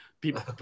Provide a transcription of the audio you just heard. people